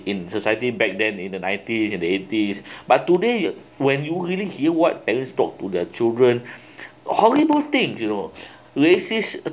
in society back then in the nineties in the eighties but today when you really hear what parents talk to their children horrible things you know racists